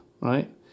right